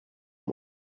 way